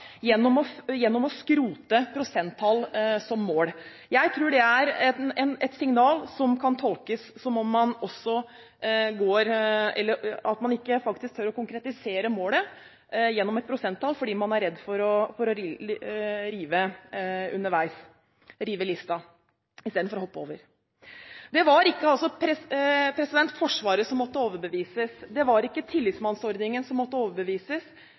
gjennom å skrote prosenttall som mål. Jeg tror det er et signal som kan tolkes som at man faktisk ikke tør å konkretisere målet gjennom et prosenttall, fordi man er redd for å «rive lista» underveis istedenfor å hoppe over. Det var ikke Forsvaret som måtte overbevises, det var ikke tillitsmannsordningen som måtte overbevises, det var ikke fagbevegelsen eller de politiske ungdomsorganisasjonene som måtte overbevises, det var heller ikke oss forsvarspolitikere på Stortinget som måtte overbevises.